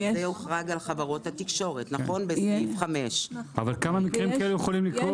זה יוכרז על חברות התקשורת בסעיף 5. אבל כמה מקרים כאלה יכולים לקרות?